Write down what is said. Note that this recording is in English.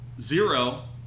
zero